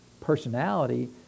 personality